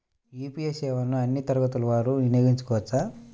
UPI సేవలని అన్నీ తరగతుల వారు వినయోగించుకోవచ్చా?